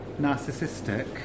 narcissistic